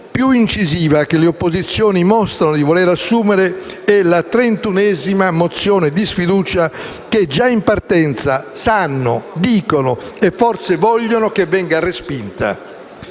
la trentunesima mozione di sfiducia che già in partenza sanno, dicono, e forse vogliono che venga respinta.